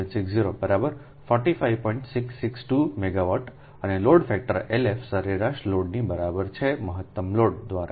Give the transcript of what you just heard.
662 મેગાવાટઅને load factor LF સરેરાશ load ની બરાબર છે મહત્તમ લોડ દ્વારા